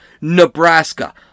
Nebraska